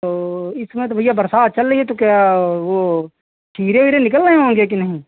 तो इतना तो भैया वर्ष चल रही है तो क्या वह कीड़े वीड़े निकल रहे होंगे कि नहीं